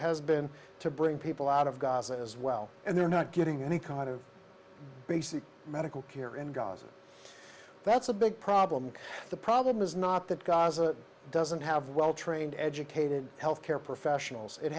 has been to bring people out of gaza as well and they're not getting any kind of basic medical care in gaza that's a big problem the problem is not that gaza doesn't have well trained educated healthcare professionals it